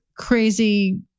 crazy